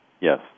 Yes